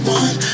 one